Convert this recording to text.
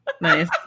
Nice